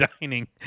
dining